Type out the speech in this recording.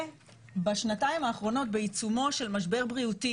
ובשנתיים האחרונות בעיצומו של משבר בריאותי